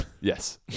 Yes